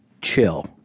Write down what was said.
chill